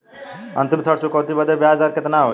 अंतिम ऋण चुकौती बदे ब्याज दर कितना होई?